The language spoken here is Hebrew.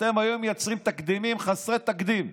אתם היום מייצרים תקדימים חסרי תקדים.